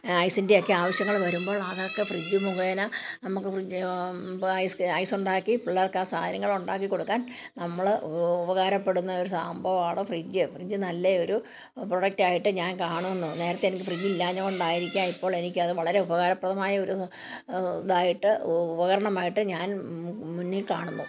ഐസിന്റെയൊക്കെ ആവശ്യങ്ങൾ വരുമ്പോൾ അതൊക്കെ ഫ്രിഡ്ജ് മുഖേന നമുക്ക് ഫ്രിഡ്ജ് ഐസ് ഉണ്ടാക്കി പിള്ളേര്ക്ക് ആ സാധനങ്ങള് ഉണ്ടാക്കി കൊടുക്കാന് നമ്മൾ ഉപകാരപ്പെടുന്ന ഒരു സംഭവമാണ് ഫ്രിഡ്ജ് ഫ്രിഡ്ജ് നല്ല ഒരു പ്രൊഡക്റ്റ് ആയിട്ട് ഞാന് കാണുന്നു നേരത്തെ എനിക്ക് ഫ്രിഡ്ജ് ഇല്ലാത്തതു കൊണ്ടായിരിക്കാം ഇപ്പോള് എനിക്ക് അത് വളരെ ഉപകാരപ്രദമായ ഒരു ഇതായിട്ട് ഉപകരണമായിട്ട് ഞാന് മുന്നില് കാണുന്നു